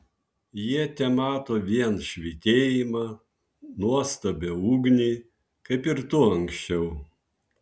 jie temato vien švytėjimą nuostabią ugnį kaip ir tu anksčiau